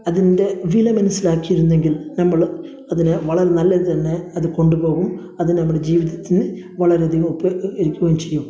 അതിൻ്റെ വില മനസ്സിലാക്കിയിരുന്നെങ്കിൽ നമ്മൾ അതിന് വളരെ നല്ലത് തന്നെ അത് കൊണ്ടുപോകും അത് നമ്മുടെ ജീവിതത്തിന് വളരെ അധികം ഉപ കരിക്കുവേം ചെയ്യും